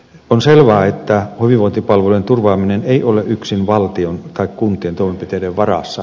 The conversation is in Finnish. on selvää että hyvinvointipalvelujen turvaaminen ei ole yksin valtion tai kuntien toimenpiteiden varassa